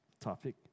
topic